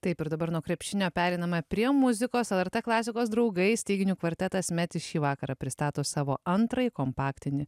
taip ir dabar nuo krepšinio pereiname prie muzikos lrt klasikos draugai styginių kvartetas meti šį vakarą pristato savo antrąjį kompaktinį